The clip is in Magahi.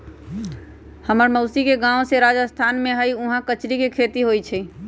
हम्मर मउसी के गाव जे राजस्थान में हई उहाँ कचरी के खेती होई छई